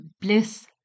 bliss